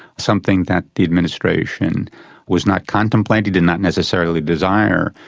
something that the administration was not contemplating, did not necessarily desire.